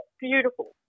beautiful